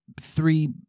three